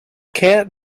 cat